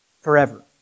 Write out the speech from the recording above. forever